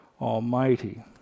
almighty